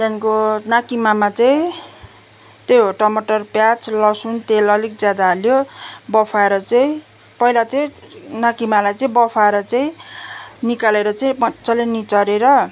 त्यहाँदेखिको नाकिमामा चाहिँ त्यही हो टमाटर प्याज लसुन तेल अलिक ज्यादा हाल्यो बफाएर चाहिँ पहिला चाहिँ नाकिमालाई चाहिँ बफाएर चाहिँ निकालेर चाहिँ मज्जाले निचारेर